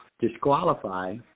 disqualify